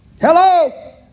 Hello